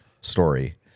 story